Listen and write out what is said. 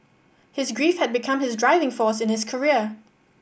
his grief had become his driving force in his career